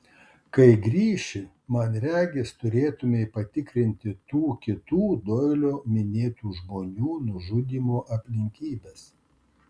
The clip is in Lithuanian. kai grįši man regis turėtumei patikrinti tų kitų doilio minėtų žmonių nužudymo aplinkybes